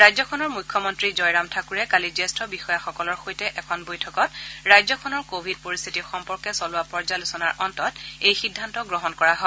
ৰাজ্যখনৰ মুখ্যমন্ত্ৰী জয়ৰাম ঠাকুৰে কালি জ্যেষ্ঠ বিষয়াসকলৰ সৈতে এখন বৈঠকত ৰাজ্যখনৰ কোভিড পৰিস্থিতি সম্পৰ্কে চলোৱা পৰ্যালোচনাৰ অন্তত এই সিদ্ধান্ত গ্ৰহণ কৰা হয়